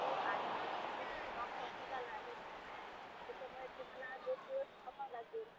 हो आज पण कसं स्टॉक संपत आला आहे ना त्याच्यामुळे तुम्हाला दोन दिवस थांबावं लागेल